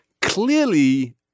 clearly